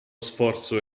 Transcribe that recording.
sforzo